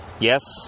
Yes